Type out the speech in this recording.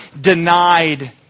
denied